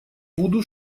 буду